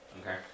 Okay